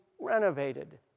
renovated